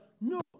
No